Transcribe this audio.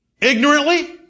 ignorantly